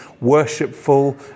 worshipful